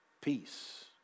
peace